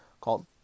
called